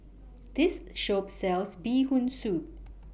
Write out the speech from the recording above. This Shop sells Bee Hoon Soup